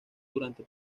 durante